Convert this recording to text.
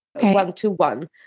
one-to-one